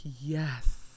yes